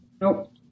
Nope